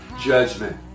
judgment